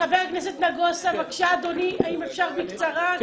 חבר הכנסת נגוסה, בבקשה אדוני, אם אפשר בקצרה.